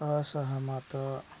असहमत